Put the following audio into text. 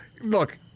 look